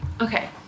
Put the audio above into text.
Okay